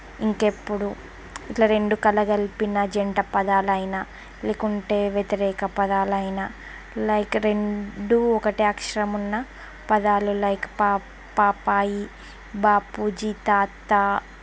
ఇంకెప్పుడు ఇలా రెండు కలగలిపిన జంట పదాలైనా లేకుంటే వ్యతిరేక పదాలైనా లైక్ రెండు ఒకటే అక్షరం ఉన్న పదాలు లైక్ పాప్ పాపాయి బాపూజీ తాత